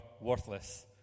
worthless